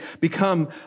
become